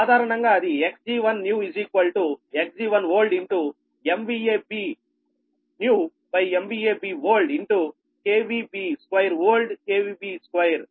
సాధారణంగా అది Xg1new Xg1old BnewBoldBold2Bnew2